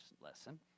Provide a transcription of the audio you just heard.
lesson